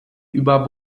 über